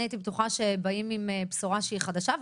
אני הייתי בטוחה שבאים עם בשורה שהיא חדשה,